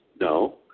No